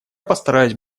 постараюсь